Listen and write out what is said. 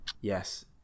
Yes